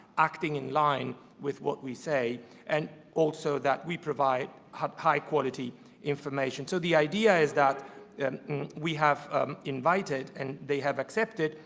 acting in line with what we say and also that we provide high-quality information. so the idea is that and we have invited, and they have accepted,